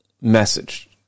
message